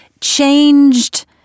changed